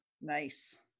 Nice